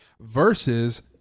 versus